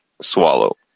swallow